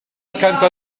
accanto